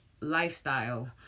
lifestyle